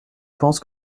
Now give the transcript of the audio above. pense